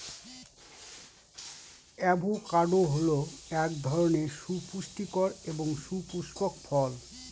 avocado হল এক ধরনের সুপুষ্টিকর এবং সপুস্পক ফল